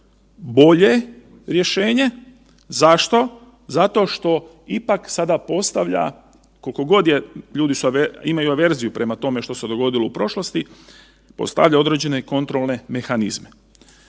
bolje rješenje. Zašto? Zato što ipak sada postavlja, koliko god je, ljudi imaju averziju prema tome što se dogodilo u prošlosti, postavljam određene kontrolne mehanizme.